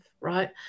right